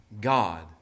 God